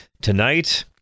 Tonight